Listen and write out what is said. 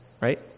right